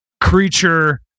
creature